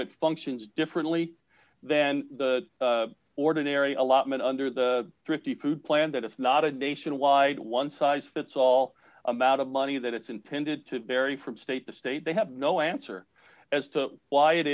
it functions differently than the ordinary allotment under the thrifty food plan that it's not a nationwide one size fits all amount of money that it's intended to vary from state to state they have no answer as to why it